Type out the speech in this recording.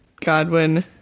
godwin